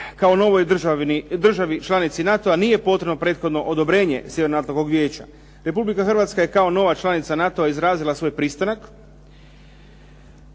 kao novoj državi članici NATO-a nije potrebno prethodno odobrenje Sjevernoatlantskog vijeća. Republika Hrvatska je kao nova članica NATO-a izrazila svoj pristanak